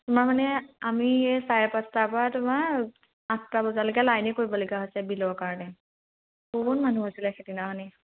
তোমাৰ মানে আমি চাৰে পাঁচটাৰ পৰা তোমাৰ আঠটা বজালৈকে লাইনেই কৰিবলগীয়া হৈছে বিলৰ কাৰণে বহুত মানুহ হৈছিলে সেইদিনাখনি